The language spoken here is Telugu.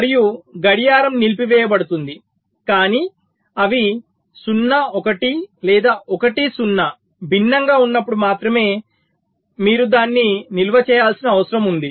మరియు గడియారం నిలిపివేయబడుతుంది కానీ అవి 0 1 లేదా 1 0 భిన్నంగా ఉన్నప్పుడు మాత్రమే మీరు దాన్ని నిల్వ చేయాల్సిన అవసరం ఉంది